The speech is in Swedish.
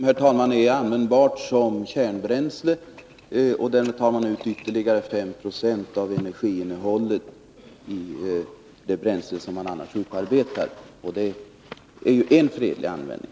Herr talman! Plutonium är användbart som kärnbränsle, och därmed tar man ut ytterligare 5 70 av energiinnehållet i det bränsle som man annars upparbetar. Det är ju en fredlig användning.